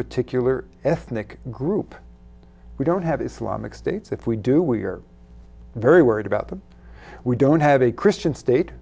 particular ethnic group we don't have islamic states if we do we are very worried about them we don't have a christian state